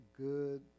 good